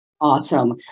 Awesome